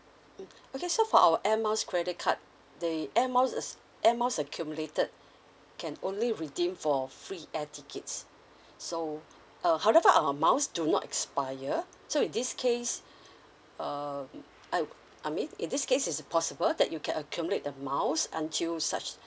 mm okay so for our air miles credit card the air miles air miles accumulated can only redeem for free air tickets so uh however our miles do not expire so in this case um I I mean in this case is possible that you can accumulate the mile until such